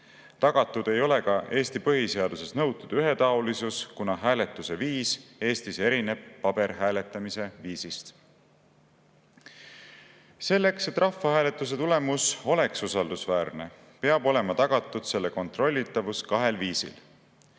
Tagatud ei ole ka Eesti põhiseaduses nõutud ühetaolisus, kuna see hääletamise viis erineb paberhääletamise viisist. Selleks, et rahvahääletuse tulemus oleks usaldusväärne, peab olema tagatud selle kontrollitavus kahel viisil.